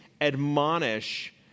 admonish